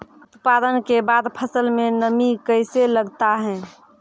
उत्पादन के बाद फसल मे नमी कैसे लगता हैं?